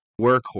Workhorse